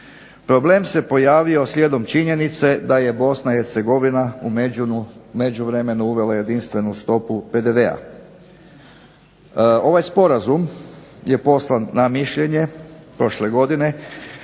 Problem se pojavio slijedom činjenice da je Bosna i Hercegovina u međuvremenu uvela jedinstvenu stopu PDV-a. Ovaj sporazum je poslan na mišljenje prošle godine,